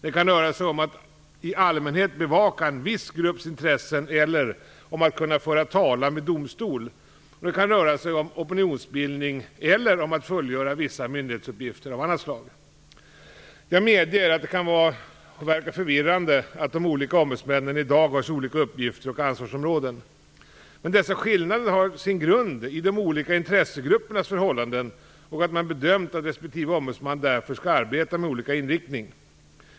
Det kan röra sig om att i allmänhet bevaka en viss grupps intressen eller att kunna föra talan vid domstol. Det kan också röra sig om opinionsbildning eller om att fullgöra vissa myndighetsuppgifter av annat slag. Jag medger att det kan verka förvirrande att de olika ombudsmännen i dag har så olika uppgifter och ansvarsområden. Men dessa skillnader har sin grund i de olika intressegruppernas förhållanden och att man bedömt att respektive ombudsman därför skall arbeta med olika inriktning.